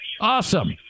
Awesome